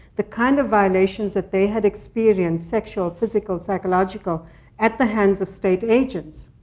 the kind of violations that they had experienced sexual, physical, psychological at the hands of state agents.